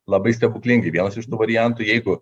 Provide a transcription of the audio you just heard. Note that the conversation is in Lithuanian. labai stebuklingi vienas iš tų variantų jeigu